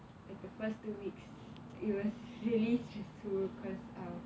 the first two weeks it was really stressful because ah